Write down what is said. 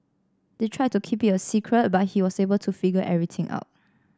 they tried to keep it a secret but he was able to figure everything out